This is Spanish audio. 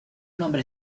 nombre